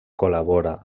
col·labora